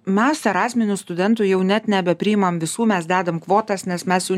mes erasminių studentų jau net nebepriimam visų mes dedam kvotas nes mes jų